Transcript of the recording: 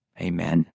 Amen